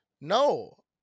No